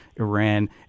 Iran